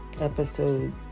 episode